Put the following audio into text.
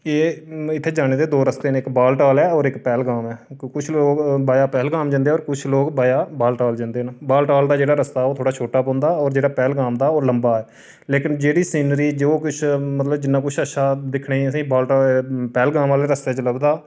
एह् इत्थै जाने दे दो रस्ते न इक बालटाल ऐ होर इक पैहलगाम ऐ कुछ लोक वाया पैहलगाम जंदे न होर कुछ लोक वाया बालटाल जंदे न बालटाल दा जेह्ड़ा रस्ता ऐ ओह् थोह्ड़ा छोटा पौंदा होर जेह्ड़ा पैहलगाम दा ऐ ओह् लंबा ऐ लेकिन जेह्ड़ी सीनरी जो कुछ मतलब जिन्ना कुछ अच्छा दिक्खने गी असेंगी बालटाल पैहलगाम आह्ले रस्ते च लभदा